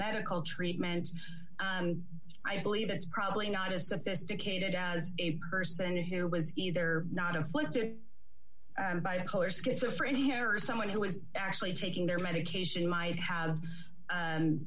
medical treatment and i believe that's probably not as sophisticated as a person who was either not in flint to buy a color schizophrenia or someone who was actually taking their medication might have